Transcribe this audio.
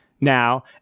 now